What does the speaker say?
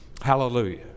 Hallelujah